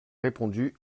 répondu